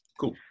Cool